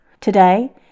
Today